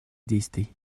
действий